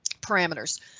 Parameters